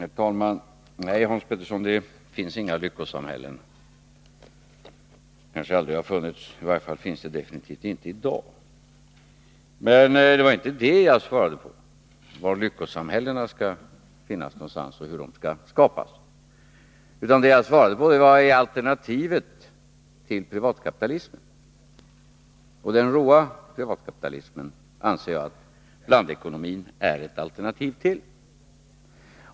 Herr talman! Nej, herr Petersson, det finns inga lyckosamhällen. De kanske aldrig har funnits, i varje fall finns de definitivt inte i dag. Men det var inte var lyckosamhällena kan finnas någonstans och hur de skall skapas som jag svarade på. Det jag svarade på var frågan, vad som är alternativet till privatkapitalismen. Den råa privatkapitalismen är, anser jag, blandekonomin ett alternativ till.